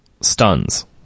stuns